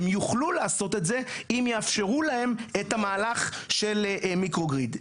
הן יוכלו לעשות את זה אם יאפשרו להן את המהלך של מיקרוגריד.